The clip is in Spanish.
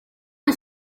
han